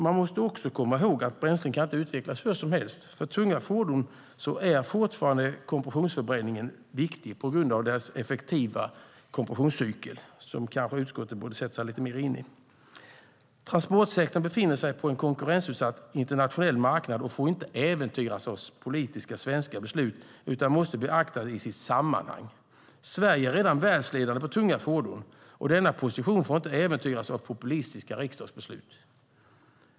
Man måste också komma ihåg att bränslen inte kan utvecklas hur som helst. För tunga fordon är kompressionsförbränningen fortfarande viktig på grund av dess effektiva kompressionscykel, som utskottet kanske borde sätta sig in i lite mer. Transportsektorn befinner sig på en konkurrensutsatt internationell marknad och får inte äventyras av politiska svenska beslut, utan den måste beaktas i sitt sammanhang. Sverige är redan världsledande på tunga fordon, och denna position får inte äventyras av populistiska riksdagsbeslut.